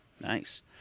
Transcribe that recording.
Nice